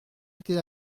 été